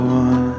one